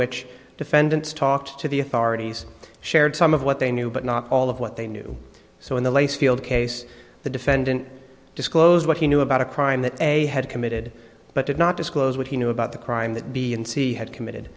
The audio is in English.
which defendants talked to the authorities shared some of what they knew but not all of what they knew so in the lace field case the defendant disclosed what he knew about a crime that a had committed but did not disclose what he knew about the crime that b and c had committed